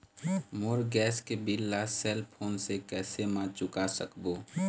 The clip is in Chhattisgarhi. मोर गैस के बिल ला सेल फोन से कैसे म चुका सकबो?